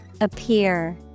Appear